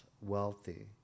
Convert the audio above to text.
wealthy